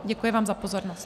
Děkuji vám za pozornost.